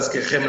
להזכירכם,